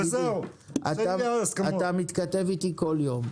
אתה מתכתב אתי כל יום,